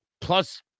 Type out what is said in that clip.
plus